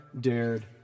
dared